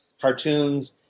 cartoons